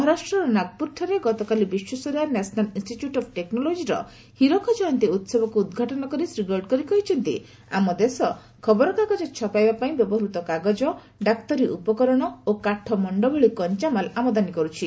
ମହାରାଷ୍ଟ୍ରର ନାଗପୁରଠାରେ ଗତକାଲି ବିଶ୍ୱେଶ୍ୱରୟା ନ୍ୟାସନାଲ ଇନ୍ଷ୍ଟିଚ୍ୟୁଟ ଅଫ ଟେକ୍ରୋଲୋଜିର ହୀରକ ଜୟନ୍ତୀ ଉହବକୁ ଉଦ୍ଘାଟନ କରି ଶ୍ରୀ ଗଡକରୀ କହିଛନ୍ତି' ଆମ ଦେଶ ଖବରକାଗଜ ଛପାଇବା ପାଇଁ ବ୍ୟବହୃତ କାଗଜ ଡାକ୍ତରୀଉପକରଣ ଓ କାଠ ମଣ୍ଡ ଭଳି କଞ୍ଚାମାଲ ଆମଦାନୀ କରୁଛି